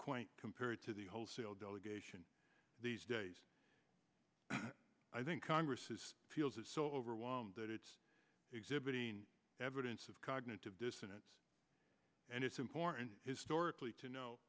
quite compared to the wholesale delegation these days i think congress has feels is so overwhelmed that it's exhibiting evidence of cognitive dissonance and it's important historically to know